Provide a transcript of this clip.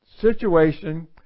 situation